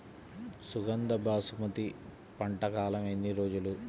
సుగంధ బాసుమతి పంట కాలం ఎన్ని రోజులు?